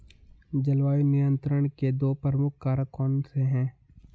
जलवायु नियंत्रण के दो प्रमुख कारक कौन से हैं?